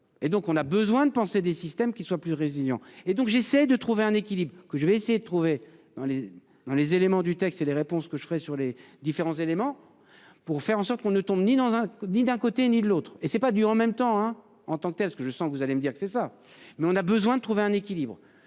et donc on a besoin de penser des systèmes qui soient plus résignant et donc j'essaie de trouver un équilibre que je vais essayer de trouver dans les dans les éléments du texte et les réponses que je serai sur les différents éléments pour faire en sorte qu'on ne tombe ni dans un ni d'un côté ni de l'autre et c'est pas du en même temps hein. En tant que telle, ce que je sens que vous allez me dire que c'est ça mais on a besoin de trouver un équilibre.